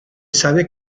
sabe